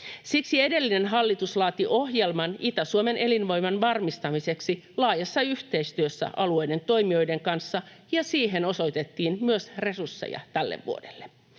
Siksi edellinen hallitus laati ohjelman Itä-Suomen elinvoiman varmistamiseksi laajassa yhteistyössä alueiden toimijoiden kanssa, ja siihen osoitettiin myös resursseja tälle vuodelle.